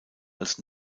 als